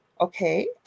okay